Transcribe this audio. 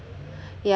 yeah